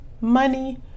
money